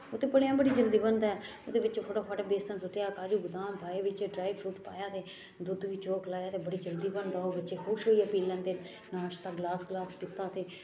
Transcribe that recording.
ओह् ते भलेआं बड़ी जल्दी बनदा ऐ ओह्दे बिच्च फटोफट बेसन सुट्टेआ काजू बदाम पाए बिच्च बिच्च ड्राई फ्रूट पाया ते दुद्ध बिच्च ओह् रलाया ते बड़ी जल्दी बनदा ओह् बच्चे खुश होइयै पी लैंदे नाश्ता ग्लास ग्लास पीता ते